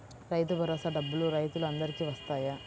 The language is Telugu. రైతు భరోసా డబ్బులు రైతులు అందరికి వస్తాయా?